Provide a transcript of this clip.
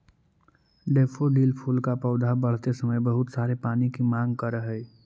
daffodil फूल का पौधा बढ़ते समय बहुत सारे पानी की मांग करअ हई